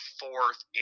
fourth